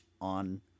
on